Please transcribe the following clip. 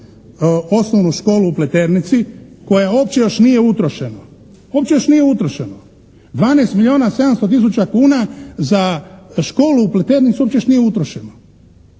osnovnu školu u Pleternici koja uopće još nije utrošeno. Uopće još nije utrošeno. 12 milijuna 700 tisuća kuna za školu u Pleternici uopće još nije utrošeno.